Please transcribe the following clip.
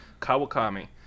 Kawakami